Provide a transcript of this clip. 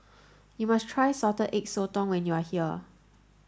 you must try salted egg sotong when you are here